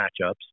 matchups